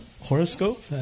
Horoscope